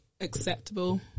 Acceptable